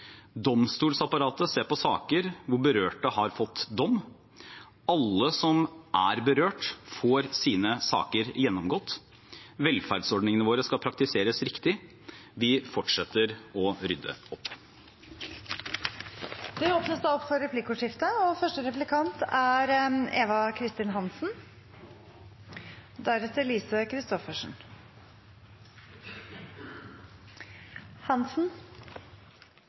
Domstolsapparatet ser på saker hvor berørte har fått dom. Alle som er berørt, får sine saker gjennomgått. Velferdsordningene våre skal praktiseres riktig. Vi fortsetter å rydde opp. Det blir replikkordskifte. Først vil jeg takke statsråden for et grundig innlegg. Jeg synes det er